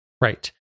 right